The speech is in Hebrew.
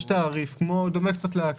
יש תעריף שונה,